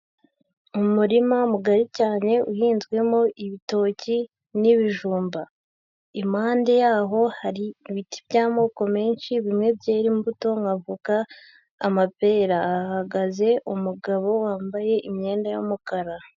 Umurima mugari cyane uhinzwemo ibitoki n'ibijumba. Impande yaho hari ibiti by'amoko menshi bimwe byera imbuto nk'avoka, amapera. Hahagaze umugabo wambaye imyenda y'umukara.